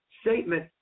statement